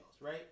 right